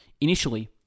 Initially